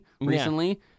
recently